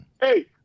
hey